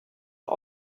are